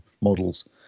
models